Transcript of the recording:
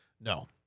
No